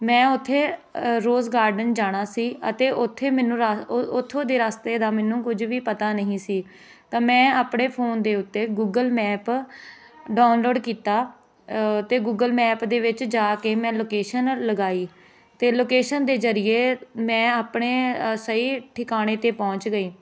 ਮੈਂ ਉੱਥੇ ਅ ਰੋਜ਼ ਗਾਰਡਨ ਜਾਣਾ ਸੀ ਅਤੇ ਉੱਥੇ ਮੈਨੂੰ ਰਾ ਉ ਉੱਥੋਂ ਦੇ ਰਸਤੇ ਦਾ ਮੈਨੂੰ ਕੁਝ ਵੀ ਪਤਾ ਨਹੀਂ ਸੀ ਤਾਂ ਮੈਂ ਆਪਣੇ ਫੋਨ ਦੇ ਉੱਤੇ ਗੂਗਲ ਮੈਪ ਡਾਊਨਲੋਡ ਕੀਤਾ ਅਤੇ ਗੂਗਲ ਮੈਪ ਦੇ ਵਿੱਚ ਜਾ ਕੇ ਮੈਂ ਲੋਕੇਸ਼ਨ ਲਗਾਈ ਅਤੇ ਲੋਕੇਸ਼ਨ ਦੇ ਜ਼ਰੀਏ ਮੈਂ ਆਪਣੇ ਸਹੀ ਟਿਕਾਣੇ 'ਤੇ ਪਹੁੰਚ ਗਈ